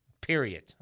period